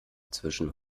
zwischen